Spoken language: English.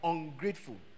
Ungrateful